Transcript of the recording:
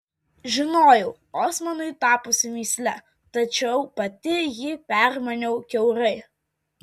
žinojau osmanui tapusi mįsle tačiau pati jį permaniau kiaurai